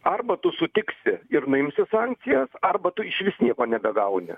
arba tu sutiksi ir nuimsi sankcijas arba tu išvis nieko nebegauni